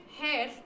hair